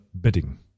bidding